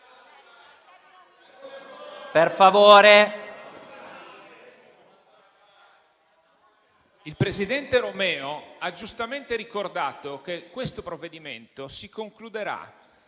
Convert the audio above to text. tramite. Il presidente Romeo ha giustamente ricordato che questo provvedimento si concluderà